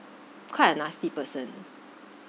quite a nasty person